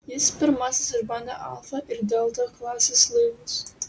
jis pirmasis išbandė alfa ir delta klasės laivus